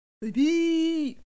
Baby